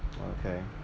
okay